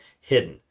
hidden